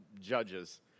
Judges